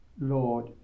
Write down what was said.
Lord